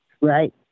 right